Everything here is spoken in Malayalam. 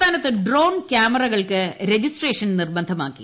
സംസ്ഥാനത്ത് ഡ്രോൺ ക്യാമറകൾക്ക് ന് രജിസ്ട്രേഷൻ നിർബ്ഡ്മാക്കി